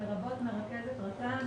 לרבות מרכזת רט"ן,